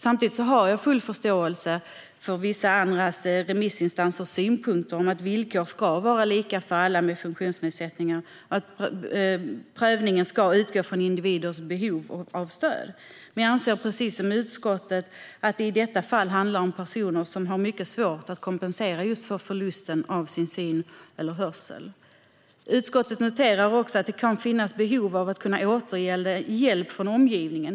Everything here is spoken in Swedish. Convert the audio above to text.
Samtidigt har jag full förståelse för vissa remissinstansers synpunkter om att villkoren ska vara lika för alla med funktionsnedsättning och att prövningen ska utgå från individens behov av stöd. Men jag anser precis som utskottet att det i detta fall handlar om personer som har mycket svårt att kompensera för förlusten av syn och hörsel. Utskottet noterar också att det kan finnas behov av att kunna återgälda hjälp från omgivningen.